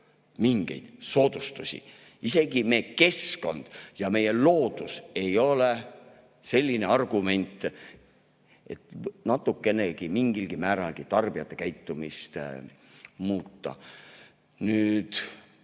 mingeid soodustusi. Isegi meie keskkond ja loodus ei ole selline argument, et natukenegi, mingilgi määral tarbijate käitumist muuta. Olukord